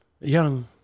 young